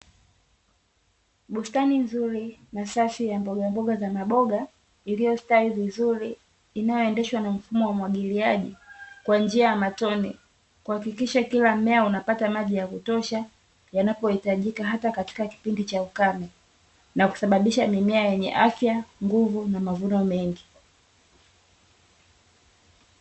Bustani nzuri na safi ya mbogamboga za maboga iliostawi vizuri inayoendeshwa na mfumo wa umwagiliaji kwa njia ya matone kuhakikisha kila mmea unapata maji ya kutosha yanapohitajika hata katika kipindi cha ukame, na kusababisha mimea yenye afya, nguvu na mavuno mengi.